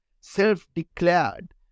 self-declared